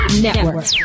Network